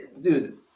Dude